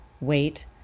wait